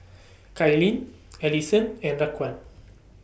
Kailyn Alyson and Raquan